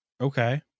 okay